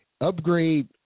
upgrade